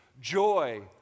joy